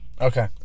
Okay